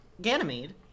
Ganymede